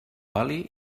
oli